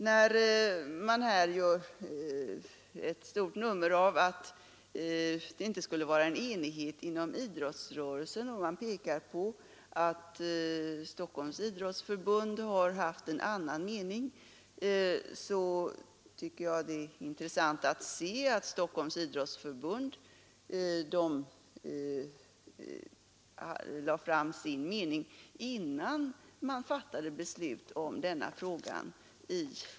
När man här gör ett stort nummer av att det inte skulle råda enighet inom idrottsrörelsen och pekar på att Stockholms idrottsförbund har haft en annan mening, så tycker jag det är intressant att se att Stockholms idrottsförbund förde fram sin mening innan riksidrottsstyrelsen fattade beslut i frågan.